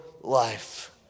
life